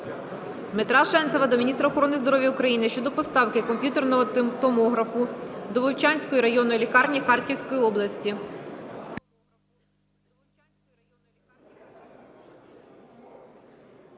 Дмитра Шенцева до міністра охорони здоров'я України щодо поставки комп'ютерного томографу до Вовчанської районної лікарні Харківської області.